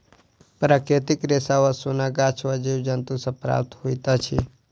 प्राकृतिक रेशा वा सोन गाछ आ जीव जन्तु सॅ प्राप्त होइत अछि